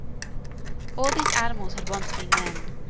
all these animals had once been men,